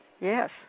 Yes